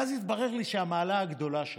ואז התברר לי שהמעלה הגדולה שלה,